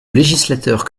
législateur